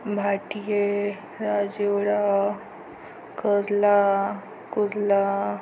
भाटीए राजिवळा कुर्ला कुर्ला